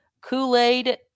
Kool-Aid –